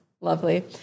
Lovely